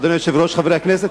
אדוני היושב-ראש, חברי הכנסת,